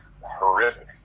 horrific